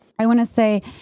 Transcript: i want to say,